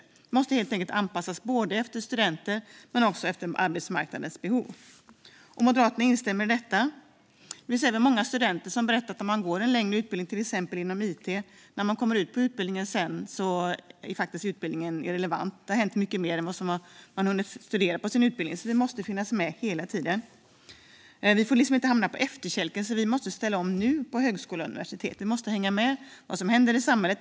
Utbildningarna måste helt enkelt anpassas både till studenterna och till arbetsmarknadens behov. Moderaterna instämmer i detta. Det finns även många studenter som berättar att den som går en längre utbildning inom till exempel it upptäcker att den är irrelevant när man kommer ut på arbetsmarknaden, för det har hänt mycket mer än vad man hunnit studera under sin utbildning. Vi måste alltså finnas med hela tiden. Vi får inte hamna på efterkälken, utan vi måste ställa om på högskolor och universitet nu . Vi måste hänga med i vad som händer i samhället.